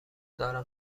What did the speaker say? دارم